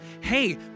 Hey